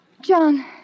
john